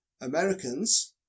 Americans